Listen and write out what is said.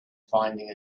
finding